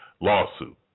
lawsuit